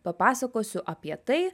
papasakosiu apie tai